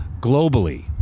globally